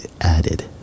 added